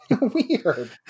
Weird